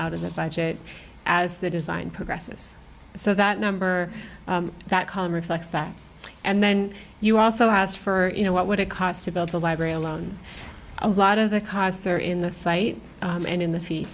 out of that budget as the design progresses so that number that come reflects back and then you also asked for you know what would it cost to build the library alone a lot of the costs are in the site and in the f